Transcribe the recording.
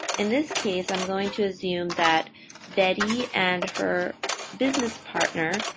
in this case, i'm going to assume that betty and her business partner,